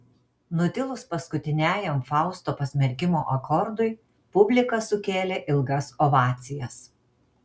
nutilus paskutiniajam fausto pasmerkimo akordui publika sukėlė ilgas ovacijas